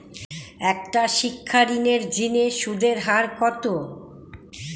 একটা শিক্ষা ঋণের জিনে সুদের হার কত?